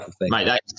Mate